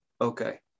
Okay